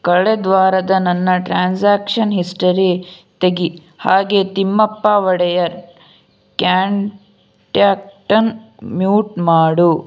ಕಳೆದ ವಾರದ ನನ್ನ ಟ್ರಾನ್ಸಾಕ್ಷನ್ ಹಿಸ್ಟರಿ ತೆಗಿ ಹಾಗೇ ತಿಮ್ಮಪ್ಪ ಒಡೆಯರ್ ಕ್ಯಾಂಟ್ಯಾಕ್ಟನ್ನ ಮ್ಯೂಟ್ ಮಾಡು